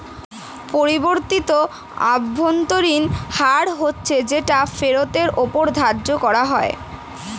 পরিবর্তিত অভ্যন্তরীণ হার হচ্ছে যেটা ফেরতের ওপর ধার্য করা হয়